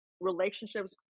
relationships